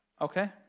Okay